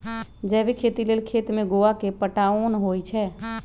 जैविक खेती लेल खेत में गोआ के पटाओंन होई छै